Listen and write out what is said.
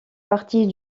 partie